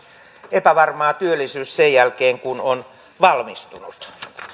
epävarmaa työllisyys sen jälkeen kun on valmistunut